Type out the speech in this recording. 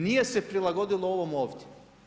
Nije se prilagodilo ovom ovdje.